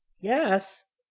yes